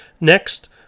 Next